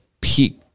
peak